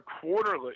quarterly